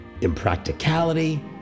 impracticality